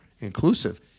inclusive